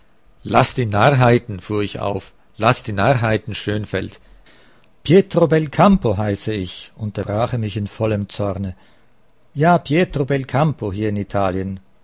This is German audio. laßt die narrheiten fuhr ich auf laßt die narrheiten schönfeld pietro belcampo heiße ich unterbrach er mich in vollem zorne ja pietro belcampo hier in italien